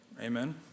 Amen